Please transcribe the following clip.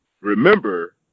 remember